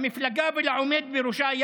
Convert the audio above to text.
למפלגה ולעומד בראשה,